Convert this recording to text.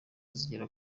zigera